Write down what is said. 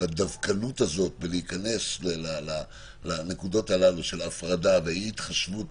והדבקנות הזאת בכניסה לנקודות של הפרדה ואי התחשבות